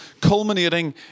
culminating